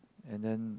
and then